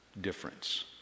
difference